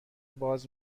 باز